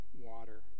water